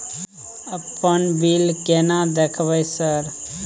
अपन बिल केना देखबय सर?